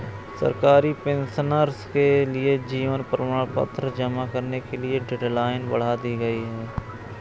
सरकारी पेंशनर्स के लिए जीवन प्रमाण पत्र जमा करने की डेडलाइन बढ़ा दी गई है